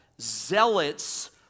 Zealots